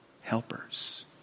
helpers